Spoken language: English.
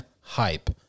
hype